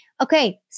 okay